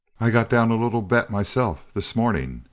i got down a little bet myself, this morning,